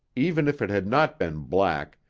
even if it had not been black,